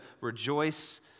rejoice